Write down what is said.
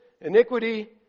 iniquity